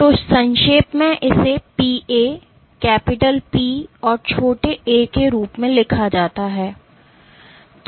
तो संक्षेप में इसे Pa कैपिटल P और छोटे a के रूप में लिखा जाता है